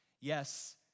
Yes